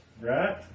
right